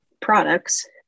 products